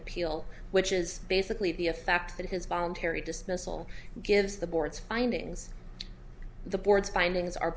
appeal which is basically the a fact that his voluntary dismissal gives the board's findings the board's findings are